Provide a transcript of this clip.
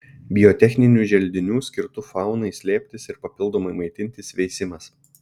biotechninių želdinių skirtų faunai slėptis ir papildomai maitintis veisimas